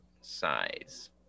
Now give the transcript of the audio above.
Size